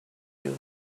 your